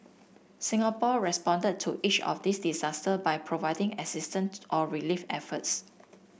Singapore responded to each of these disaster by providing assistant or relief efforts